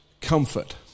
comfort